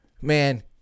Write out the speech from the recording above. man